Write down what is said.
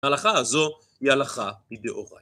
ההלכה הזו היא הלכה מדאורייתא.